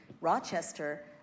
Rochester